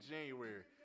January